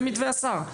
זה מתווה השר.